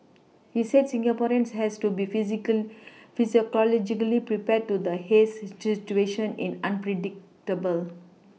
he said Singaporeans had to be physical psychologically prepared to the haze situation is unpredictable